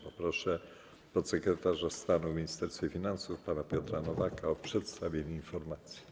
Poproszę podsekretarza stanu w Ministerstwie Finansów pana Piotra Nowaka o przedstawienie informacji.